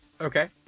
Okay